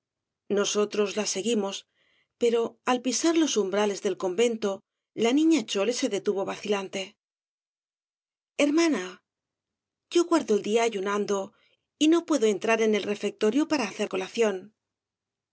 nosotros la seguimos pero al pisar los umbrales del convento la niña chole se detuvo vacilante hermana yo guardo el día ayunando y no puedo entrar en el refectorio para hacer colación